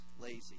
lazy